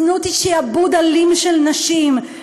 זנות היא שעבוד אלים של נשים,